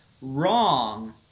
wrong